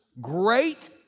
great